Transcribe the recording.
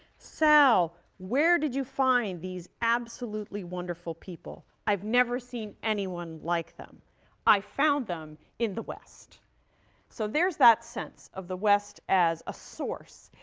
sal, where did you find these absolutely wonderful people? i've never seen anyone like them i found them in the west so, there is that sense of the west as a source,